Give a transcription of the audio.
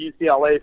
UCLA